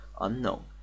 unknown